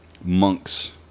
monks